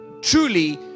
truly